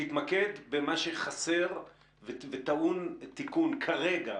תתמקד במה שחסר וטעון תיקון כרגע,